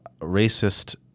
racist